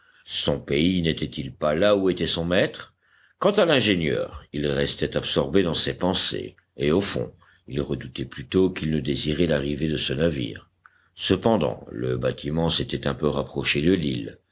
son pays n'était-il pas là où était son maître quant à l'ingénieur il restait absorbé dans ses pensées et au fond il redoutait plutôt qu'il ne désirait l'arrivée de ce navire cependant le bâtiment s'était un peu rapproché de l'île